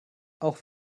auch